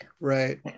right